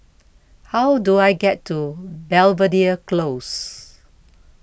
how do I get to Belvedere Close